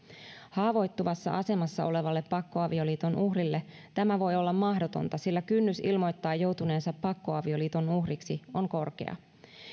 haavoittuvassa asemassa olevalle pakkoavioliiton uhrille tämä voi olla mahdotonta sillä kynnys ilmoittaa joutuneensa pakkoavioliiton uhriksi on korkea